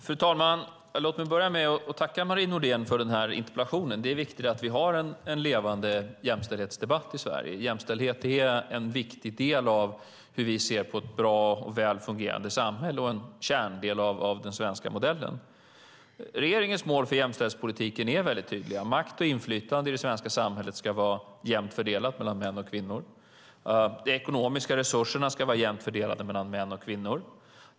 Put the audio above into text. Fru talman! Låt mig börja med att tacka Marie Nordén för denna interpellation. Det är viktigt att vi har en levande jämställdhetsdebatt i Sverige. Jämställdhet är en viktig del av hur vi ser på ett bra och väl fungerande samhälle och en kärndel av den svenska modellen. Regeringens mål för jämställdhetspolitiken är mycket tydliga. Makt och inflytande i det svenska samhället ska vara jämnt fördelat mellan män och kvinnor. De ekonomiska resurserna ska vara jämnt fördelade mellan män och kvinnor.